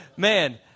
Man